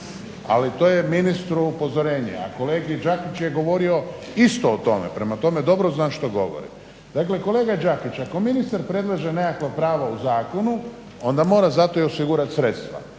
ali to je ministru upozorenje, a kolega Đakić je govorio isto o tome, prema tome dobro zna što govorim. Dakle kolega Đakić, ako ministar predlaže nekakvo pravo u zakonu onda mora za to i osigurat sredstva,